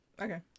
Okay